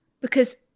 Because-